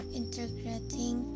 integrating